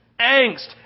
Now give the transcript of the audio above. angst